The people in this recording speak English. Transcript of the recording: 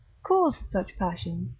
cause such passions,